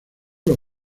los